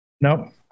Nope